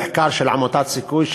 המחקר של עמותת "סיכוי",